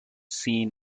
seen